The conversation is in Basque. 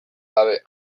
gabe